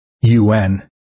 UN